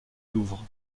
louvre